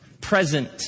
present